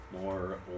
more